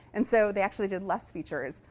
and so they actually did less features,